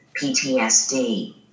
PTSD